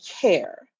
care